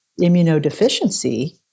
immunodeficiency